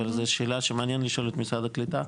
אבל זו שאלה שמעניין לשאול את משרד הקליטה,